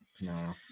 No